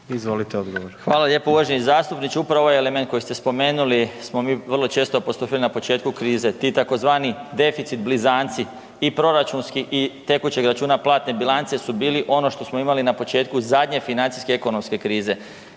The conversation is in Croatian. **Marić, Zdravko** Hvala lijepo uvaženi zastupniče. Upravo ovaj element koji ste spomenuli smo mi vrlo često apostrofirali na početku krize. Ti tzv. deficit blizanci, i proračunski i tekućeg računa platne bilance su bili ono što smo imali na početku zadnje financijske ekonomske krize